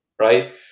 Right